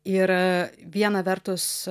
ir viena vertus